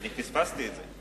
אני פספסתי את זה.